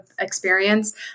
experience